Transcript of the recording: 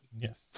Yes